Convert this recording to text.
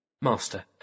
Master